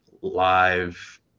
live